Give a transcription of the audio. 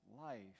life